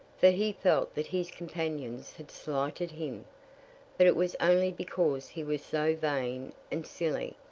for he felt that his companions had slighted him but it was only because he was so vain and silly.